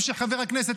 שלטון החמאס מתמוטט.